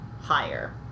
higher